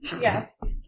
Yes